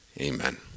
Amen